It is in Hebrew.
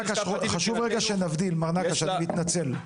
חשוב רגע שנבין, מר נקש, אני מתנצל.